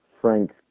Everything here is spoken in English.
Frank